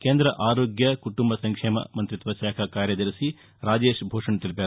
కేంద్ర ఆరోగ్య కుటుంబ సంక్షేమ మంతిత్వశాఖ కార్యదర్శి రాజేష్ భూషణ్ తెలిపారు